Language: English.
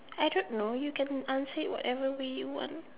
I don't know you can I'll say whatever we want